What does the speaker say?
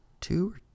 two